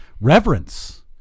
reverence